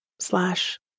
Slash